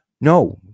No